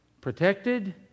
protected